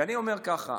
ואני אומר ככה: